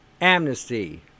amnesty